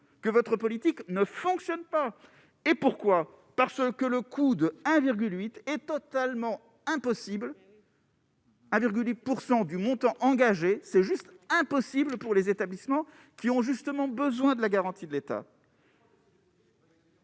que votre politique ne fonctionne pas et pourquoi, parce que le coût de 1 virgule 8 et totalement impossible. 1,8 % du montant engagé c'est juste : impossible pour les établissements qui ont justement besoin de la garantie de l'État.